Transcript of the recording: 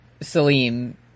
Salim